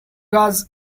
was